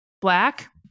black